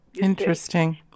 Interesting